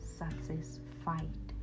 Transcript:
satisfied